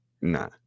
nah